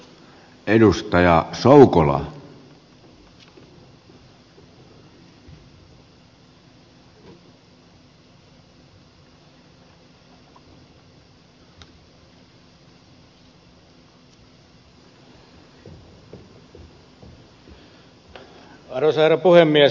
arvoisa herra puhemies